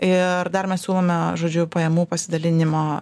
ir dar mes siūlome žodžiu pajamų pasidalinimo